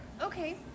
Okay